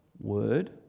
word